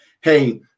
hey